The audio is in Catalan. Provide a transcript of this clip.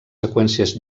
seqüències